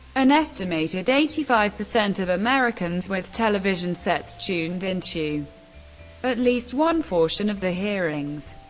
an estimated eighty five percent of americans with television sets tuned into at least one portion of the hearings.